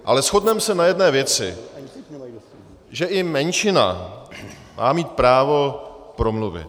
Ale shodneme se na jedné věci, že i menšina má mít právo promluvit.